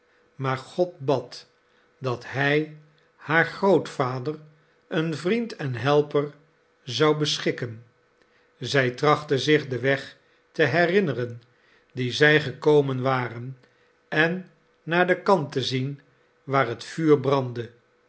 maar god bad dat hij haargrootvader een vriend en helper zou beschikken zij trachtte zich den weg te herinneren dien zij gekomen waren en naar den kant te zien waar het vuur brandde